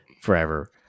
forever